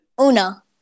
una